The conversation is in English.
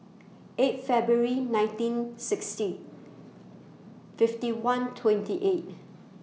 eight February nineteen sixty fifty one twenty eight